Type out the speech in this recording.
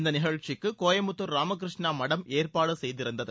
இந்த நிகழ்ச்சிக்கு கோயமுத்துர் ராமகிருஷ்ணா மடம் ஏற்பாடு செய்திருந்தது